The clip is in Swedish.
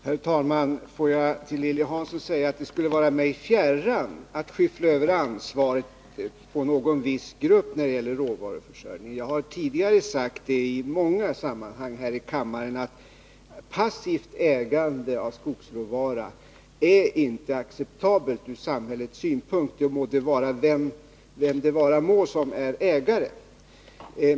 Herr talman! Låt mig till Lilly Hansson säga att det skulle vara mig fjärran att skyffla över ansvaret när det gäller råvaruförsörjningen på någon viss grupp. Jag har tidigare i många sammanhang här i kammaren sagt att passivt ägande av skogsråvara inte är acceptabelt från samhällets synpunkt, vem det vara må som är ägare.